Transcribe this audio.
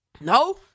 No